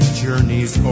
journey's